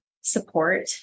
support